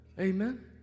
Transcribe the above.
Amen